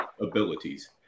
abilities